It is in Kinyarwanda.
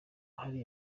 hari